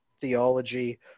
theology